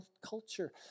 culture